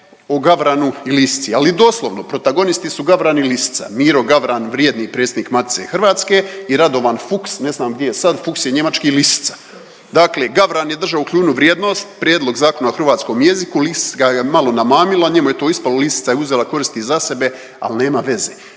o gavranu i lisici. Ali doslovno protagonisti su gavran i lisica. Miro Gavran, vrijedni predsjednik Matice Hrvatske i Radovan Fuchs, ne znam gdje je sad, Fuchs je njemački lisica. Dakle Gavran je držao u kljunu vrijednost, Prijedlog Zakona o hrvatskom jeziku, lis ga je malo namamila, njemu je to ispalo, lisica je uzela koristi za sebe, ali nema veze.